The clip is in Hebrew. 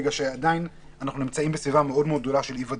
כי עדיין אנחנו נמצאים בסביבה מאוד גדולה של אי-ודאות,